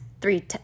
three